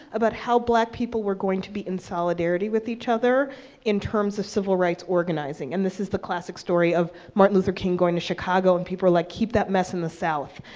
about how black people were going to be in solidarity with each other in terms of civil rights organizing. and this is the classic story of martin luther king going to chicago and people are like, keep that mess in the south.